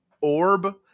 orb